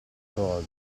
cose